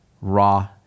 raw